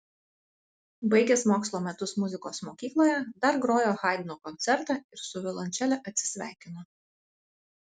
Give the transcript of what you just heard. baigęs mokslo metus muzikos mokykloje dar grojo haidno koncertą ir su violončele atsisveikino